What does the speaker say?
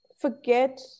forget